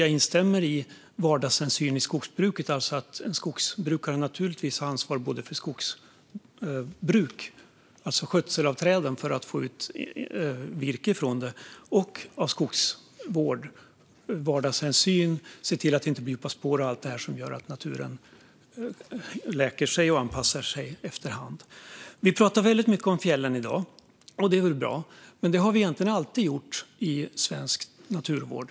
Jag instämmer när det gäller vardagshänsyn i skogsbruket, alltså att en skogsbrukare har ansvar för både skogsbruk, alltså skötsel av träden för att få ut virke, och skogsvård. Vardagshänsyn handlar också om att se till att det inte blir djupa spår och om allt sådant som gör att naturen läker och anpassar sig efter hand. Vi pratar mycket om fjällen i dag. Det är väl bra. Men det har vi egentligen alltid gjort i svensk naturvård.